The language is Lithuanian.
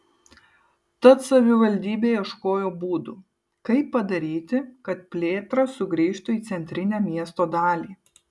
tad savivaldybė ieškojo būdų kaip padaryti kad plėtra sugrįžtų į centrinę miesto dalį